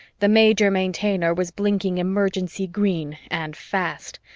the major maintainer was blinking emergency-green and fast,